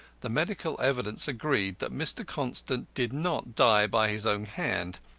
the medical evidence agreed that mr. constant did not die by his own hand.